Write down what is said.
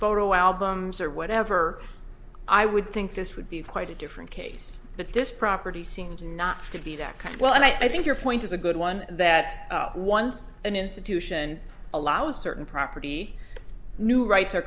photo albums or whatever i would think this would be quite a different case but this property seems not to be that kind of well i think your point is a good one that once an institution allows certain property new rights are